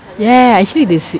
ya ya actually they say